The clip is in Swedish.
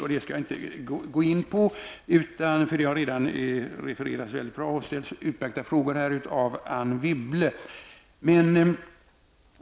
Jag skall dock inte gå in på dem, eftersom de har refererats mycket bra och det har ställts utmärkta frågor av Anne Wibble.